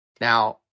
Now